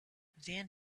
then